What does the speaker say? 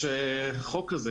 כן, יש חוק כזה.